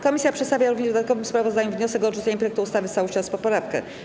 Komisja przedstawia również w dodatkowym sprawozdaniu wniosek o odrzucenie projektu ustawy w całości oraz poprawkę.